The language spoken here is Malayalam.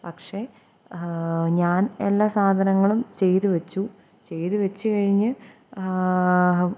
പക്ഷേ ഞാൻ എല്ലാ സാധനങ്ങളും ചെയ്തു വെച്ചു ചെയ്തു വെച്ചു കഴിഞ്ഞ്